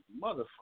Motherfucker